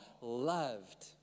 loved